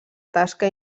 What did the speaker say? tasca